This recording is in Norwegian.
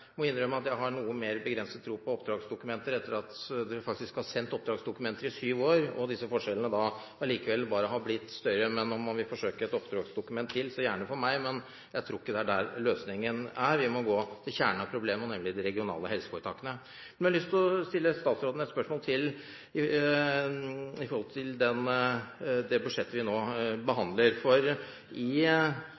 må innrømme at jeg har noe mer begrenset tro på oppdragsdokumenter etter at man faktisk har sendt oppdragsdokumenter i syv år og disse forskjellene likevel bare har blitt større. Om man vil forsøke et oppdragsdokument til, så gjerne for meg, men jeg tror ikke det er der løsningen er. Vi må gå til kjernen av problemet, nemlig de regionale helseforetakene. Jeg har lyst til å stille statsråden et spørsmål til når det gjelder det budsjettet vi nå